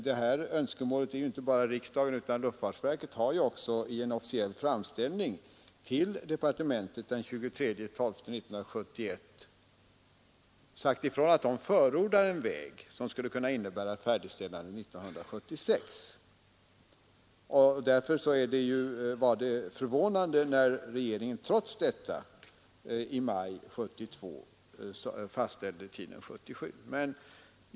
Det här önskemålet har inte bara riksdagen uttalat, utan luftfartsverket har också i en officiell framställning till departementet den 23 december 1971 sagt ifrån att verket förordar en väg som skulle innebära färdigställande av flygplatsen 1976. Därför var det förvånande när regeringen — trots detta — i maj 1972 fastställde tidpunkten för färdigställandet till 1977.